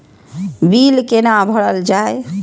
Bill कैना भरल जाय?